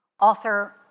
author